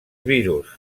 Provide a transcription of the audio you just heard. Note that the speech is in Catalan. virus